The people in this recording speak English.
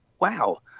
wow